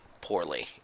poorly